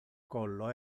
collo